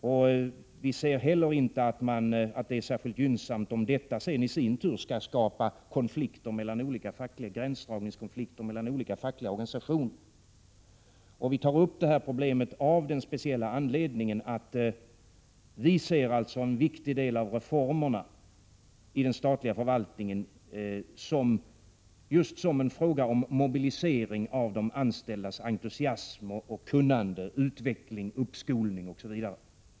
Vidare anser vi inte att det är särskilt gynnsamt om detta i sin tur skall skapa gränsdragningskonflikter mellan olika fackliga organisationer. Vi tar upp det här problemet av den speciella anledningen att vi ser en viktig del av reformerna inom den statliga förvaltningen just som en fråga om mobilisering av de anställdas entusiasm, kunnande, utveckling, skolning osv.